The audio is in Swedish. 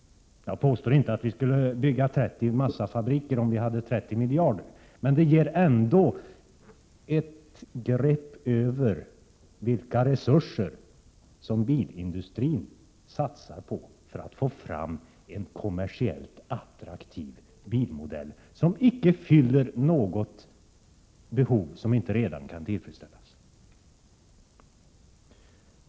Jag påstår inte att vi skulle bygga 30 massafabriker om vi hade 30 miljarder, men det ger ändå ett grepp över vilka resurser som bilindustrin satsar för att få fram en kommersiellt attraktiv bilmodell, som icke fyller något behov som inte redan kan tillfredsställas.